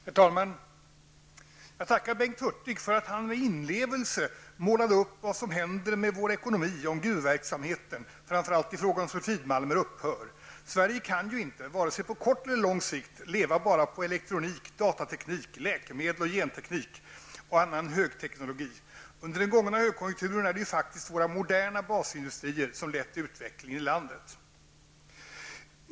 Herr talman! Jag tackar Bengt Hurtig för den bild som han med inlevelse målade upp av vad som kommer att hända med vår ekonomi om gruvverksamheten, framför allt i fråga om sulfitmalmer, upphör. Sverige kan inte vare sig på kort eller på lång sikt leva enbart på elektronik, datateknik, läkemedel, genteknik och annan högteknologi. Under den gångna högkonjunkturen har det faktiskt varit våra moderna basindustrier som har lett utvecklingen i landet.